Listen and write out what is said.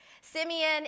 Simeon